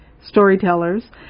storytellers